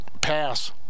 pass